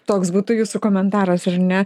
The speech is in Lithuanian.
toks būtų jūsų komentaras ar ne